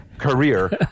career